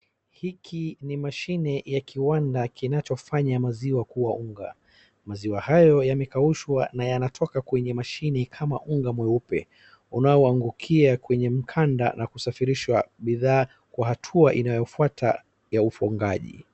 Hiki ni mashine ya kiwanda kinachofanya maziwa kuwa unga, Maziwa hayo yamekaushwa na yanatoka kwenye mashine kama unga mweupe unaoangukia kwenye mkanda na kusafirisha bidhaa kwa hatua inayofuata ya ufungaji.